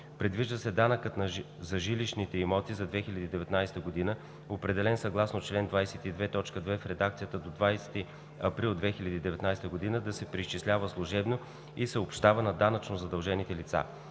Предвижда се данъкът за жилищните имоти за 2019 г., определен съгласно чл. 22, т. 2 в редакцията до 20 април 2019 г., да се преизчислява служебно и съобщава на данъчно задължените лица.